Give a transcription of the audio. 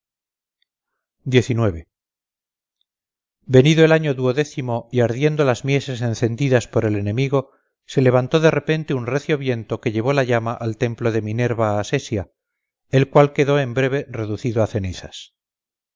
defensa venido el año duodécimo y ardiendo las mieses encendidas por el enemigo se levantó de repente un recio viento que llevó la llama al templo de minerva assesia el cual quedó en breve reducido a cenizas